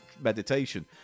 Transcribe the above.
meditation